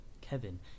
Kevin